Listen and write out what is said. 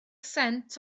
sent